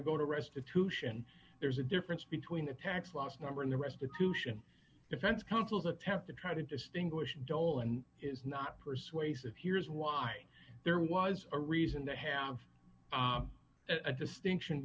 to go to restitution there's a difference between the tax loss number and the restitution defense counsel's attempt to try to distinguish dolan is not persuasive here's why there was a reason to have a distinction